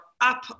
up